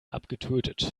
abgetötet